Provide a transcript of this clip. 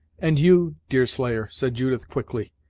and you, deerslayer, said judith quickly,